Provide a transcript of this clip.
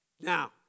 now